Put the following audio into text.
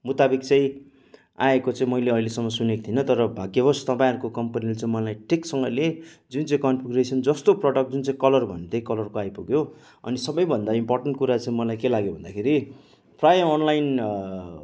मुताबिक चाहिँ आएको चाहिँ मैले अहिलेसम्म सुनेको थिइन तर भाग्यवश तपाईँहरूको कम्पनिले चाहिँ मलाई ठिकसँगले जुन चाहिँ कन्फ्युगुरेसन जस्तो प्रडक्ट जुन चाहिँ कलर भनेको त्यही कलरको आइपुग्यो अनि सबैभन्दा इम्पोर्टेन्ट कुरा चाहिँ मलाई के लाग्यो भन्दाखेरि प्राय अनलाइन